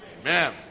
Amen